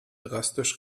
drastisch